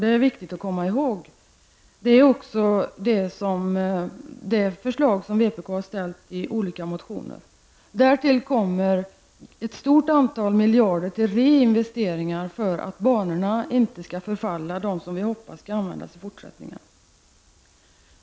Det är viktigt att komma ihåg detta. Sådana förslag har också vänsterpartiet ställt i olika motioner. Därtill kommer ett stort antal miljarder för reinvesteringar för att banorna inte skall förfalla -- de som vi hoppas skall användas i fortsättningen.